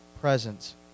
presence